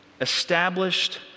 established